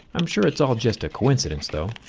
i'm sure it's all just a coincidence though.